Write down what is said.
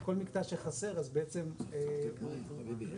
כל מקטע שחסר אז בעצם- ברור,